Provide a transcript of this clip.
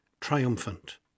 triumphant